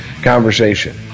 conversation